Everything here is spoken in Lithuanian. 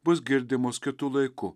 bus girdimos kitu laiku